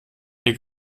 der